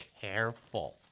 careful